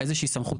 איזושהי סמכות,